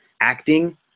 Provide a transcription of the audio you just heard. acting